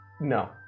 No